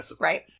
Right